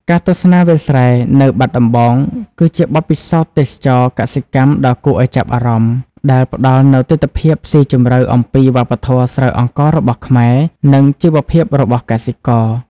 ការទស្សនាវាលស្រែនៅបាត់ដំបង គឺជាបទពិសោធន៍ទេសចរណ៍កសិកម្មដ៏គួរឱ្យចាប់អារម្មណ៍ ដែលផ្ដល់នូវទិដ្ឋភាពស៊ីជម្រៅអំពីវប្បធម៌ស្រូវអង្កររបស់ខ្មែរ និងជីវភាពរបស់កសិករ ។